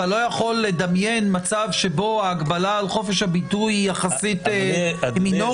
אתה לא יכול לדמיין מצב שבו ההגבלה על חופש הביטוי היא יחסית מינורית?